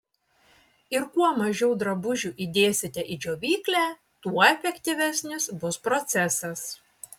ir kuo mažiau drabužių įdėsite į džiovyklę tuo efektyvesnis bus procesas